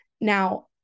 Now